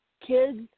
Kids